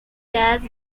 jazz